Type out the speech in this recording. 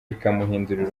ikamuhindura